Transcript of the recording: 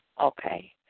Okay